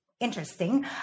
interesting